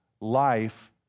life